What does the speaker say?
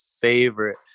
favorite